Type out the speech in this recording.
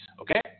Okay